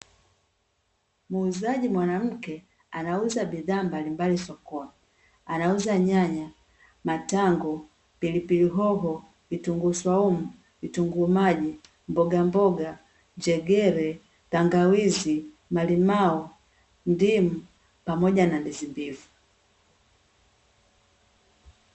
muuzaji mwanamke anauza bidhaa mbalimbali sokoni, anauza nyanya ,matango ,pilipili hoho ,vitunguu swaumu vitunguu maji mbogamboga ,njegere tangawizi ,malimao ,ndimu ipamoja na ndizi mbivu .